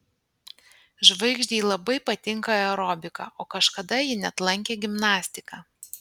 žvaigždei labai patinka aerobika o kažkada ji net lankė gimnastiką